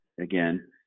again